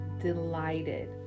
delighted